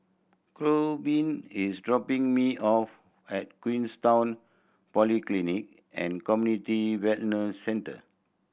Korbin is dropping me off at Queenstown Polyclinic and Community Wellness Centre